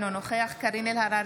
אינו נוכח קארין אלהרר,